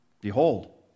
Behold